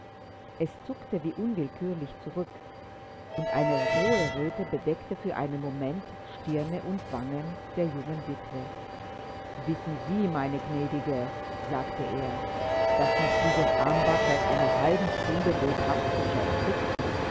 es zuckte wie unwillkürlich zurück und eine hohe röte bedeckte für einen moment stirne und wangen der jungen witwe wissen sie meine gnädige sagte er daß mich dieses armband seit einer halben stunde lebhaft beschäftigt